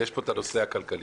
ואת הנושא הכלכלי.